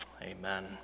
Amen